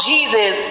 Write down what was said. Jesus